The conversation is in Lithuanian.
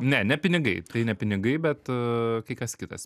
ne ne pinigai tai ne pinigai bet a kai kas kitas